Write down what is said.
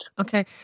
Okay